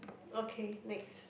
okay next